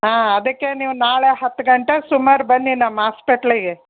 ಹಾಂ ಅದಕ್ಕೆ ನೀವು ನಾಳೆ ಹತ್ತು ಗಂಟೆಗೆ ಸುಮಾರು ಬನ್ನಿ ನಮ್ಮ ಆಸ್ಪೆಟ್ಲಿಗೆ